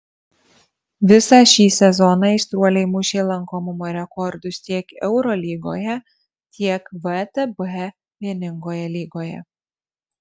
visą šį sezoną aistruoliai mušė lankomumo rekordus tiek eurolygoje tiek vtb vieningoje lygoje